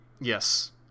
Yes